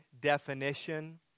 definition